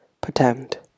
pretend